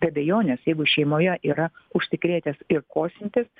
be abejonės jeigu šeimoje yra užsikrėtęs ir kosintis